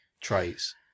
traits